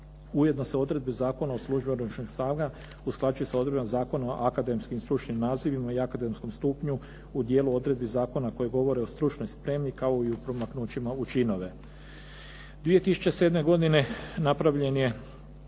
ujedno se odredbe Zakona o službi u oružanim snagama usklađuje sa odredbama Zakona o akademskim i stručnim nazivima i akademskom stupnju u dijelu odredbi zakona koji govore o stručnoj spremi kao i o promaknućima u činove. 2007. godine napravljen je